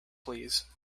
please